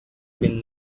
been